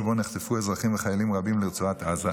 שבה נחטפו אזרחים וחיילים רבים לרצועת עזה,